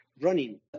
running